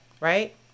Right